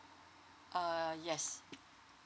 uh yes